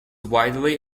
widely